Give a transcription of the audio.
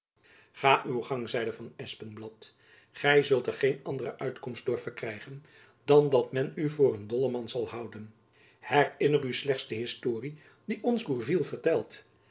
ga uw gang zeide van espenblad gy zult er geen andere uitkomst door verkrijgen dan dat men u voor een dolleman zal houden herinner u slechts de historie die ons gourville verteld